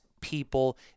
people